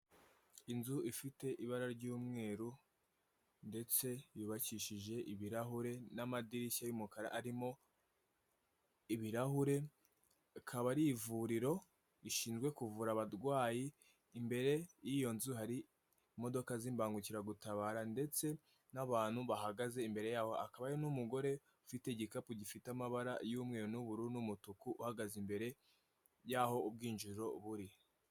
Inzu ifite ibara ry'umweru, ndetse yubakishije ibirahure n'amadirishya y'umukara arimo, ibirahure, akaba ari ivuriro rishinzwe kuvura abadwayi, imbere y'iyo nzu hari imodoka z'imbangukiragutabara ndetse n'abantu bahagaze imbere yaho, akaba ari n'umugore ufite igikapu gifite amabara y'umweru n'ubururu n'umutuku, uhagaze imbere y'aho ubwinjiriro buri.